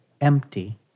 empty